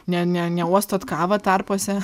ne ne neuostot kavą tarpuose